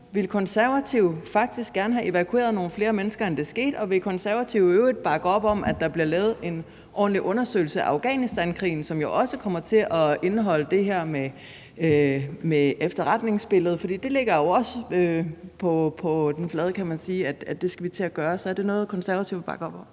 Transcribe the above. Ville Konservative faktisk gerne have evakueret nogle flere mennesker, end der skete, og vil Konservative i øvrigt bakke op om, at der bliver lavet en ordentlig undersøgelse af Afghanistankrigen, som jo også kommer til at indeholde det her med efterretningsbilledet? For det ligger jo også på den flade, kan man sige, at det skal vi til at gøre. Så er det noget, Konservative vil bakke op om?